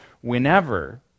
whenever